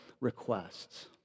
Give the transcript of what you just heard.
requests